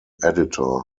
editor